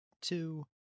two